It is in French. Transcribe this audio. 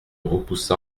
repoussa